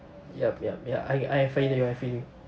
yup yup ya I I find that you are feeling